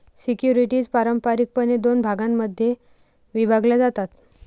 securities पारंपारिकपणे दोन भागांमध्ये विभागल्या जातात